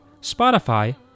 Spotify